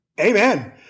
Amen